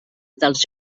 dels